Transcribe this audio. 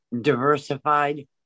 diversified